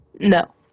No